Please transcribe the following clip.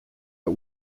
but